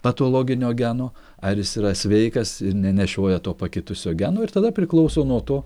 patologinio geno ar jis yra sveikas nenešioja to pakitusio geno ir tada priklauso nuo to